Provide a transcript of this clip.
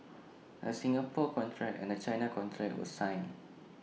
A Singapore contract and A China contract were signed